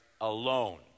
alone